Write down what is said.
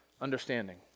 understanding